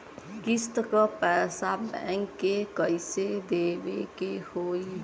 किस्त क पैसा बैंक के कइसे देवे के होई?